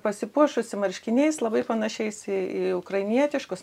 pasipuošusi marškiniais labai panašiais į į ukrainietiškus